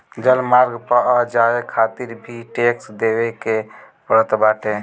जलमार्ग पअ जाए खातिर भी टेक्स देवे के पड़त बाटे